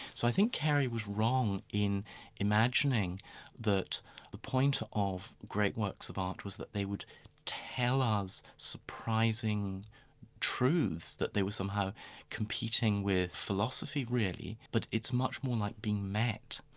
so i think carey was wrong in imagining that the point of great works of art was that they would tell us surprising truths, that they were somehow competing with philosophy really, but it's much more like being met,